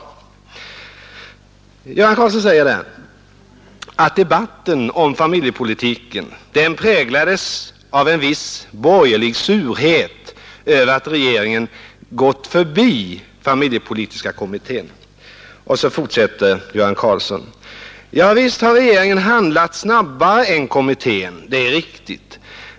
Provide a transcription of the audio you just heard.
Herr Göran Karlsson säger där att debatten om familjepolitiken präglades av en viss borgerlig surhet över att regeringen gått förbi familjepolitiska kommittén, och så fortsätter herr Göran Karlsson: ”Javisst har regeringen handlat snabbare än kommittén. Det är riktigt.